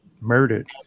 murdered